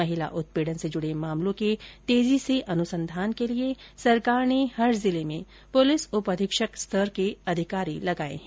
महिला उत्पीड़न से जुड़े मामलों के तेजी से अनुसंधान के लिए सरकार ने हर जिले में पुलिस उप अधीक्षक स्तर के अधिकारी लगाए हैं